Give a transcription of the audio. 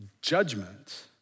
judgment